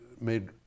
made